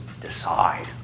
decide